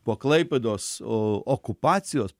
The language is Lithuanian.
po klaipėdos okupacijos